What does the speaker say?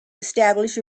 establish